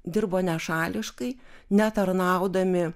dirbo nešališkai netarnaudami